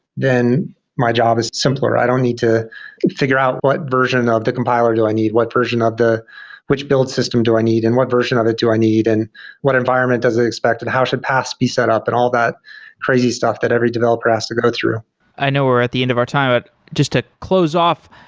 then my job is simpler. i don't need to figure out what version of the compiler do i need, what version of the which build system do i need, and what version of it do i need, and what environment does it expect and how should pass be set up and all that crazy stuff that every developer has to go through i know we're at the end of our time. just to close off,